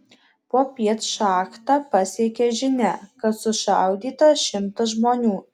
popiet šachtą pasiekė žinia kad sušaudyta šimtas žmonių